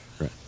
right